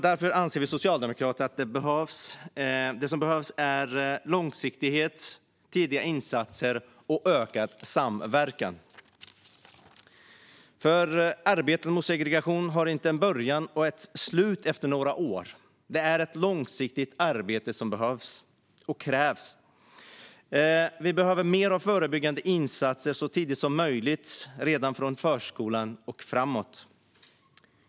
Därför anser vi socialdemokrater att det behövs långsiktighet, tidiga insatser och ökad samverkan. Arbetet mot segregation har inte en början och ett slut efter några år. Det är ett långsiktigt arbete som krävs. Vi behöver mer av förebyggande insatser så tidigt som möjligt, redan från förskolan och framåt.